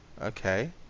Okay